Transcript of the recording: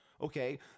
Okay